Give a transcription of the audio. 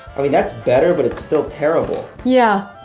i mean that's better, but it's still terrible! yeah,